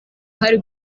hari